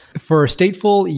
for a stateful,